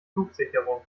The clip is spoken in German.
flugsicherung